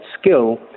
skill